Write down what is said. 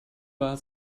war